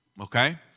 okay